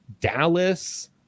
Dallas